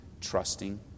trusting